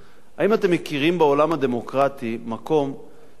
האם אתם מכירים בעולם הדמוקרטי מקום שבו